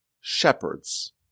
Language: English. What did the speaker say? shepherds